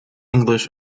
english